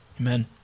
Amen